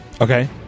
Okay